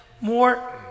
more